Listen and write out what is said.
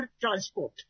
transport